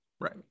Right